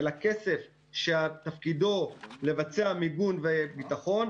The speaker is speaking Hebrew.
אלא כסף שתפקידו לבצע מיגון וביטחון,